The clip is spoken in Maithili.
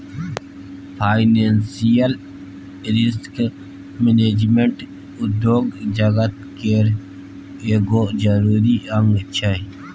फाइनेंसियल रिस्क मैनेजमेंट उद्योग जगत केर एगो जरूरी अंग छै